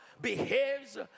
behaves